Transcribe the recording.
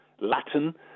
Latin